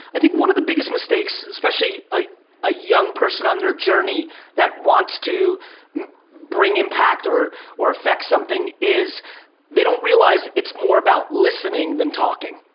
i think one of the biggest mistakes especially a ah young person on their journey that wants to bring impact or or affect something is they don't realize it's more about listening than talking.